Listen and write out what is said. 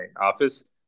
office